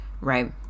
Right